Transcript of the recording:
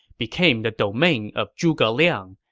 became the domain of zhuge liang,